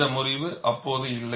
இந்த அறிவு அப்போது இல்லை